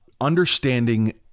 understanding